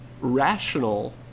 rational